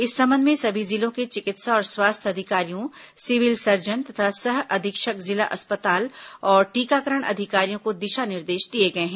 इस संबंध में सभी जिलों के चिकित्सा और स्वास्थ्य अधिकारियों सिविल सर्जन तथा सह अधीक्षक जिला अस्पताल और टीकाकरण अधिकारियों को दिशा निर्देश दिए गए हैं